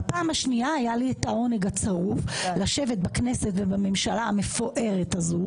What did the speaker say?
בפעם השנייה היה לי את העונג הצרוב לשבת בכנסת ובממשלה המפוארת הזו